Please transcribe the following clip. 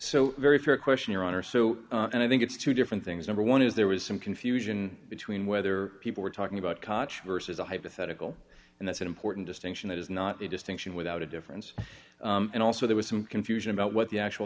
so very fair question your honor so i think it's two different things number one is there was some confusion between whether people were talking about caution versus a hypothetical and that's an important distinction that is not a distinction without a difference and also there was some confusion about what the actual